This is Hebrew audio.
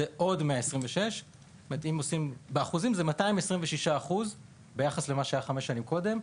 זה עוד עלייה של 126. באחוזים זה 226% ביחס למה שהיה חמש שנים קודם,